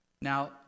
Now